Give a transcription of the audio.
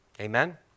Amen